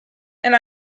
and